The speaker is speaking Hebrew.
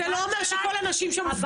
זה לא אומר שכל הנשים שם מופקרות.